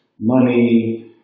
money